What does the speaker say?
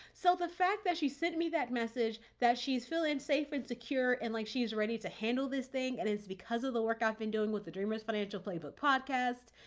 so the fact that she sent me that message, that she's feeling safe and secure and like she's ready to handle this thing and it's because of the work i've been doing with the dreamers financial playbook podcast.